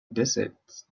desert